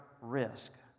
risk